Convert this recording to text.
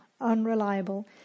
unreliable